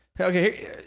okay